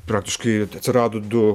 praktiškai atsirado du